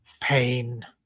Pain